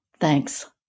Thanks